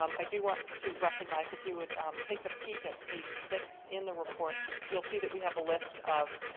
um i do want to recognize, if you would take a peek at page six in the report you'll see that we have a list of